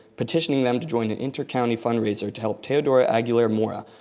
petitioning them to join an inter-county fundraiser to help teodoro aguilar mora,